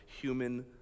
human